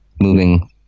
moving